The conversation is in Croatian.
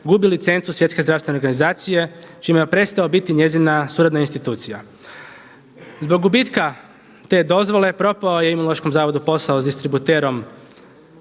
gubi licencu Svjetske zdravstvene organizacije čime je prestao biti njezina suradna institucija. Zbog gubitka te dozvole propao je Imunološkom zavodu ugovor s distributerom